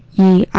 e